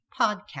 Podcast